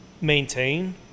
maintain